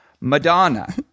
Madonna